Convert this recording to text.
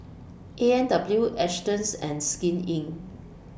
A and W Astons and Skin Inc